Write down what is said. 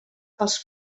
pels